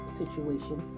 situation